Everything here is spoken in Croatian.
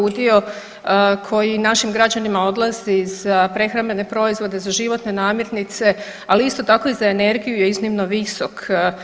Udio koji našim građanima odlazi za prehrambene proizvode za životne namirnice, ali isto tako i za energiju je iznimno visok.